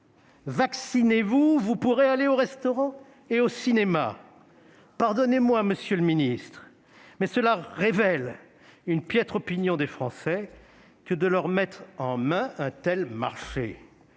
Vaccinez-vous et vous pourrez aller au restaurant et au cinéma !» Pardonnez-moi, monsieur le ministre, mais cela révèle une piètre opinion des Français que de leur mettre en main un tel marché.